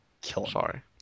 Sorry